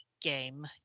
game